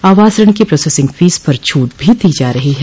आवास ऋण की प्रोसेसिंग फीस पर छूट भी दी जा रही है